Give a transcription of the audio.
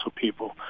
people